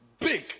Big